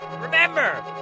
Remember